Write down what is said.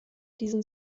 diesen